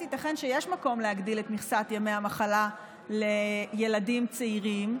ייתכן שיש מקום להגדיל את מכסת ימי המחלה לילדים צעירים,